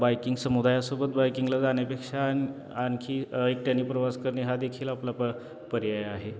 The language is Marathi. बाईकिंग समुदायासोबत बाईकिंगला जाण्यापेक्षा आ आणखी एकट्यानी प्रवास करणे हा देखील आपला प पर्याय आहे